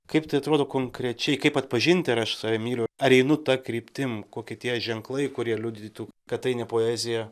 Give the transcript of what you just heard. kaip tai atrodo konkrečiai kaip atpažinti ar aš save myliu ar einu ta kryptim kokie tie ženklai kurie liudytų kad tai ne poezija